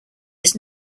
his